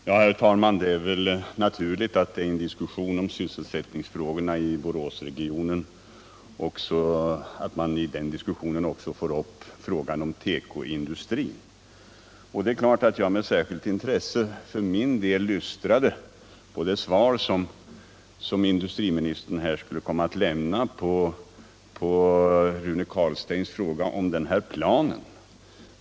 Herr talman! Det är väl naturligt att man i en diskussion om sysselsättningsproblemen i Boråsregionen tar upp frågan om tekoindustrin. Det är klart att jag för min del med särskilt intresse lyssnade till industriministerns svar på Rune Carlsteins fråga om den plan det här gällde.